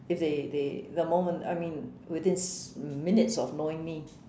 if they they the moment I mean within minutes of knowing me